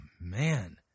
man